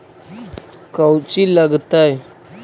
कौची लगतय?